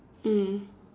mm